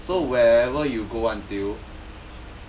so wherever you go until